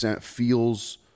feels